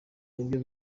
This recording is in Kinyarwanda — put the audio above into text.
nibyo